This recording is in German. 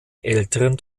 älteren